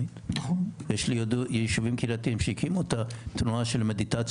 יש משמעות לדבר הזה